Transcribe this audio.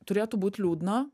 turėtų būt liūdna